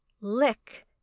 lick